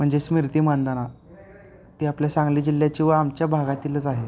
म्हणजे स्मृती मानधना ती आपल्या सांगली जिल्ह्याची व आमच्या भागातीलच आहे